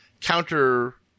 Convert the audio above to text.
counter